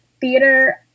theater